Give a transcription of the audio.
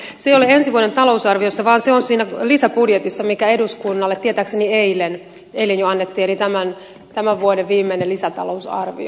se ei ole ensi vuoden talousarviossa vaan se on siinä lisäbudjetissa mikä eduskunnalle tietääkseni eilen jo annettiin tämän vuoden viimeinen lisätalousarvio